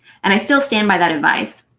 and i still stand by that advice,